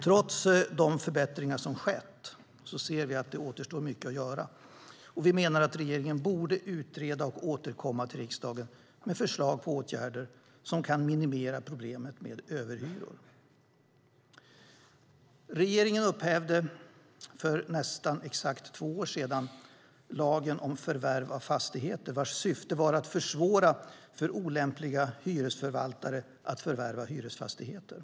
Trots de förbättringar som skett ser vi att mycket återstår att göra, och vi menar att regeringen borde utreda och återkomma till riksdagen med förslag på åtgärder som kan minimera problemet med överhyror. Regeringen upphävde för nästan exakt två år sedan lagen om förvärv av fastigheter vars syfte var att försvåra för olämpliga hyresförvaltare att förvärva hyresfastigheter.